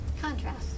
contrast